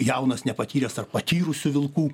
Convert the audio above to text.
jaunas nepatyręs tarp patyrusių vilkų